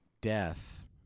death